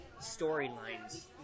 storylines